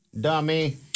Dummy